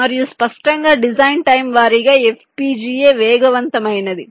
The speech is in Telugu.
మరియు స్పష్టంగా డిజైన్ టైమ్ వారీగా FPGA వేగమైనది